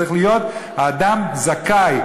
צריך להיות: האדם זכאי,